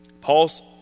Paul's